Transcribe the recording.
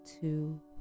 two